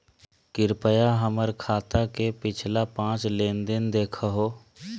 कृपया हमर खाता के पिछला पांच लेनदेन देखाहो